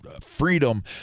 freedom